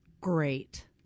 Great